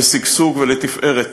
בשגשוג ולתפארת,